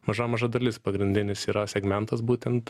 maža maža dalis pagrindinis yra segmentas būtent